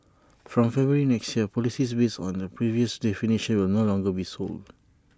from February next year policies based on the previous definitions will no longer be sold